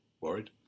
worried